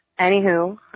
anywho